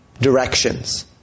directions